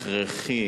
הכרחי,